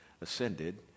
ascended